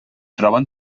troben